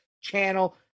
channel